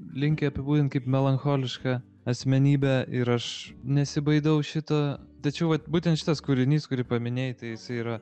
linkę apibūdint kaip melancholišką asmenybę ir aš nesibaidau šito tačiau vat būtent šitas kūrinys kurį paminėjai tai jisai yra